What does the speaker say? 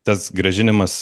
tas grąžinimas